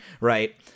right